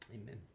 Amen